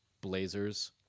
Blazers